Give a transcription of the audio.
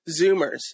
Zoomers